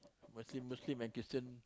mostly Muslim and Christian